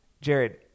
Jared